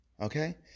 Okay